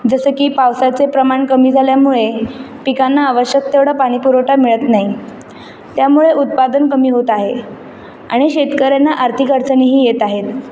जसं की पावसाचे प्रमाण कमी झाल्यामुळे पिकांना आवश्यक तेवढा पाणी पुरवठा मिळत नाही त्यामुळे उत्पादन कमी होत आहे आणि शेतकऱ्यांना आर्थिक अडचणीही येत आहेत